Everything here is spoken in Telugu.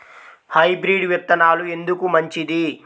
హైబ్రిడ్ విత్తనాలు ఎందుకు మంచిది?